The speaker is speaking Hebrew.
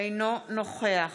אינו נוכח